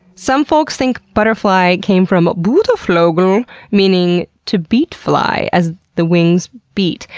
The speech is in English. some folks think butterfly came from buttorfleoge, um meaning to beat fly, as the wings beat,